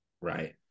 Right